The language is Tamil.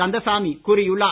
கந்தசாமி கூறியுள்ளார்